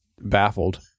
baffled